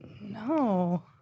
No